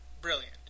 brilliant